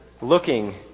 looking